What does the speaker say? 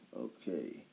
Okay